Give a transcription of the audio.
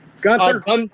Gunther